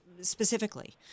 specifically